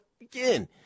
again